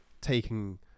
taking